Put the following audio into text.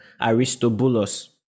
Aristobulus